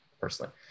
personally